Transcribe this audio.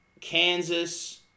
Kansas